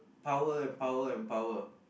power and power and power